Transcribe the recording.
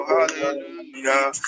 Hallelujah